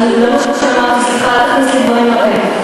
אני, לא מה שאמרתי, סליחה, אל תכניס לי דברים לפה.